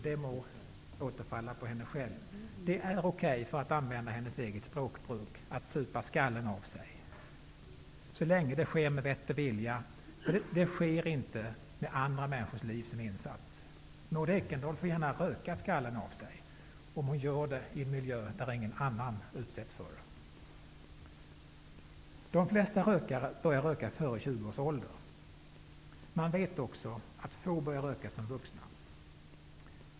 Det må återfalla på henne själv. Det är, för att ha samma språkbruk som hon, okej att supa skallen av sig, så länge det sker med vett och vilja och inte sker med andra människors liv som insats. Maud Ekendahl får gärna röka skallen av sig, om hon gör det i en miljö där ingen annan utsätts för röken. De flesta rökare börjar röka före 20 års ålder. Man vet att det är få som börjar röka som vuxna.